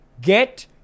get